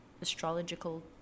astrological